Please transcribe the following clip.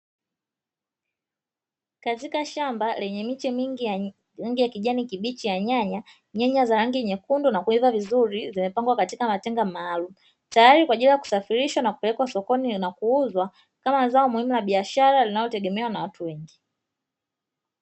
Katika shamba lenye miche mingi ya rangi ya kijani kibichi ya nyanya, nyanya za rangi nyekundu na kuiva vizuri zimepangwa katika matenga maalumu. Tayari kwa ajili ya kusafirishwa na kupelekwa sokoni na kuuzwa kama zao muhimu la biashara linaotegemewa na watu wengi.